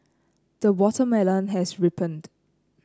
the watermelon has ripened